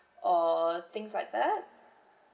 or things like that